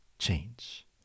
Change